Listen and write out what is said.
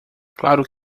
claro